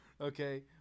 Okay